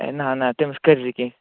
ہے نہَ نہَ تٔمِس کٔرۍ زِ کیٚنٛہہ